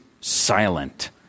silent